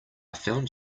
found